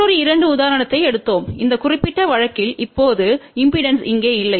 மற்றொரு இரண்டு உதாரணத்தை எடுத்தோம் இந்த குறிப்பிட்ட வழக்கில் இப்போது இம்பெடன்ஸ் இங்கே இல்லை